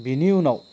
बिनि उनाव